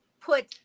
put